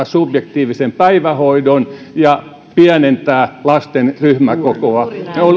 subjektiivisen päivähoidon ja pienentää lasten ryhmäkokoa